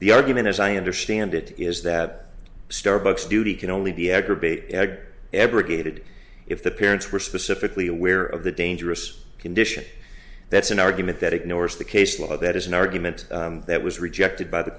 the argument as i understand it is that starbuck's duty can only be aggravate eg abrogated if the parents were specifically aware of the dangerous condition that's an argument that ignores the case law that is an argument that was rejected by the